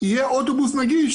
יהיה אוטובוס נגיש,